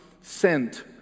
sent